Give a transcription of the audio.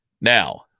Now